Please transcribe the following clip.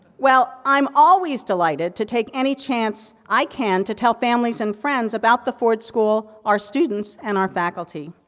well, i'm always delighted to take any chance i can to tell families and friends about the ford school, our students, and our faculty.